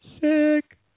Sick